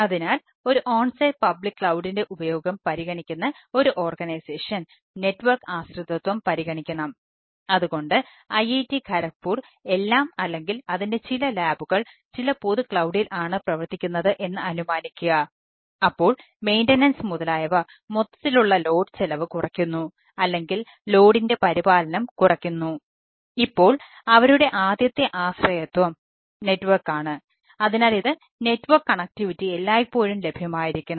അതിനാൽ ഒരു onsite public ക്ലൌഡിന്റെ എല്ലായ്പ്പോഴും ലഭ്യമായിരിക്കണം